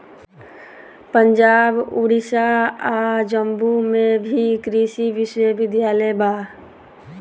पंजाब, ओडिसा आ जम्मू में भी कृषि विश्वविद्यालय बा